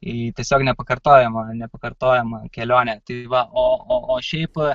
į tiesiog nepakartojamą nepakartojamą kelionę tai va o o šiaip